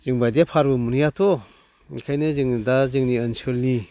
जोंनिबादिया फारबो मोनहैयाथ' ओंखायनो दा जोङो जोंनि ओनसोलनि